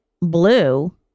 blue